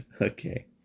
Okay